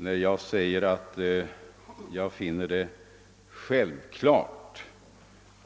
När jag säger att jag finner det självklart